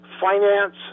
finance